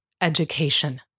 education